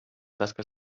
tasca